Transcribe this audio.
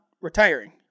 retiring